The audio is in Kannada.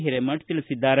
ಹಿರೇಮಠ ತಿಳಿಸಿದ್ದಾರೆ